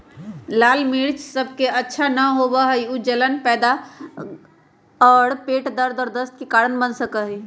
लाल मिर्च सब ला अच्छा न होबा हई ऊ जलन पैदा करा हई और पेट दर्द और दस्त के कारण बन सका हई